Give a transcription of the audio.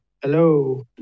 hello